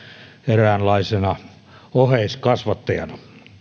eräänlaisena oheiskasvattajana